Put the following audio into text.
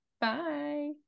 Bye